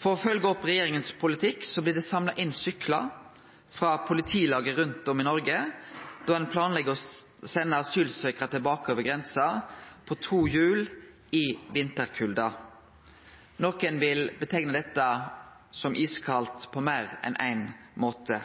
For å følgje opp regjeringas politikk blir det samla inn syklar frå politilager rundt om i Noreg, da ein planlegg å sende asylsøkjarar tilbake over grensa på to hjul i vinterkulda. Nokon vil kalle dette iskaldt på meir enn ein måte.